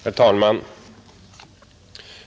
Herr talman!